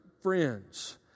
friends